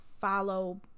follow